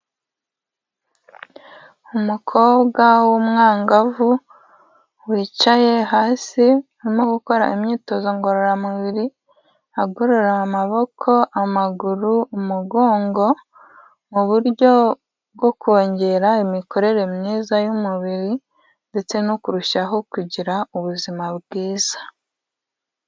Umukobwa w'umwangavu wicaye hasi arimo gukora imyitozo ngororamubiri agorora amaboko, amaguru, umugongo mu buryo bwo kongera imikorere myiza y'umubiri ndetse no kurushaho kugira ubuzima bwiza.